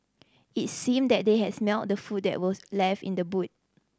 it seemed that they had smelt the food that were left in the boot